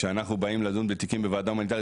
כשאנחנו באים לדון בתיקים בוועדה ההומניטרית,